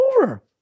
over